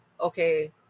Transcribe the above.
Okay